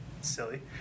silly